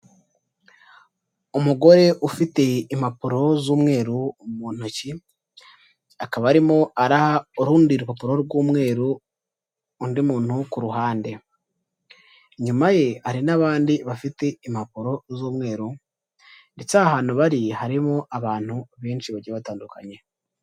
Umugore ufite impapuro z'umweru mu ntoki, akaba arimo araha urundi rupapuro rw'umweru undi muntu ku ruhande. Inyuma ye hari n'abandi bafite impapuro z'umweru, ndetse aha hantu bari harimo abantu benshi bagiye batandukanye.